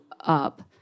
up